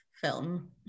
film